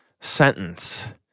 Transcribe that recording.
sentence